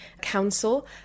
Council